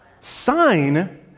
sign